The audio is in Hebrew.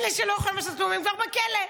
אלה שלא יכולים לעשות כלום, הם כבר בכלא.